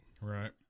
Right